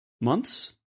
months